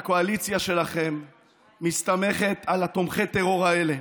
הקואליציה שלכם מסתמכת על תומכי הטרור האלה,